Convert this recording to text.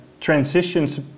transitions